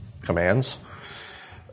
commands